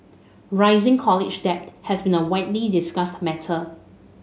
rising college debt has been a widely discussed matter